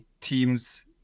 teams